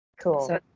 Cool